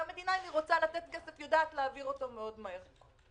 ואם המדינה רוצה לתת כסף היא יודעת להעביר אותו מהר מאוד.